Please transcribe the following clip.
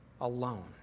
alone